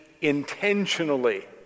intentionally